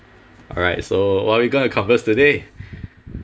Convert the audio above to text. alright so what are we going to converse today